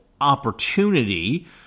opportunity